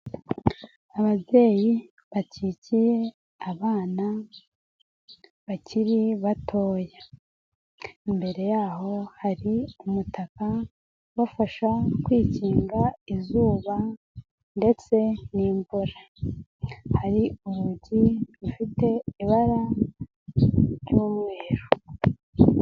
Ababyeyi bakikiye abana bakiri batoya, imbere yaho hari umutaka ubafasha kwikinga izuba ndetse n'imvura hari urugi rufite ibara ry'umweru.